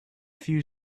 few